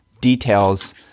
details